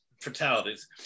fatalities